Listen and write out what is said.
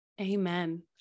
amen